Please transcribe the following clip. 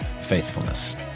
faithfulness